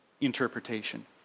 interpretation